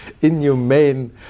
inhumane